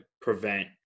prevent